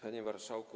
Panie Marszałku!